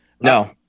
no